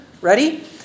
Ready